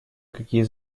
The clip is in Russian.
какие